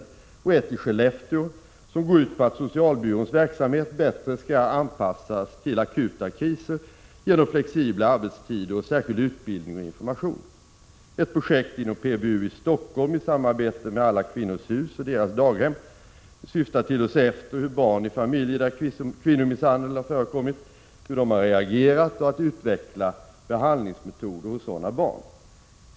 Ett av dessa projekt gäller Skellefteå och går ut på att socialbyråns verksamhet bättre skall anpassas till akuta kriser genom flexibla arbetstider samt särskild utbildning och information. Ett projekt inom PBU i Stockholm, i samarbete med Alla kvinnors hus och dess daghem, syftar till att se efter hur barn i familjer med kvinnomisshandel har reagerat och att utveckla behandlingsmetoder för sådana barn.